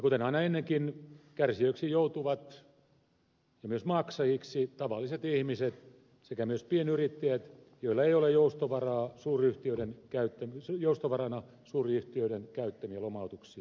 kuten aina ennenkin kärsijöiksi ja myös maksajiksi joutuvat tavalliset ihmiset sekä myös pienyrittäjät joilla ei ole joustovarana suuryhtiöiden käyttämiä lomautuksia